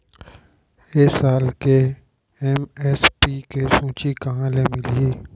ए साल के एम.एस.पी के सूची कहाँ ले मिलही?